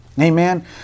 Amen